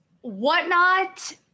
Whatnot